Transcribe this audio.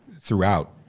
throughout